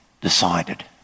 decided